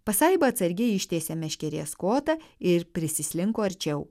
pasaipa atsargiai ištiesė meškerės kotą ir prisislinko arčiau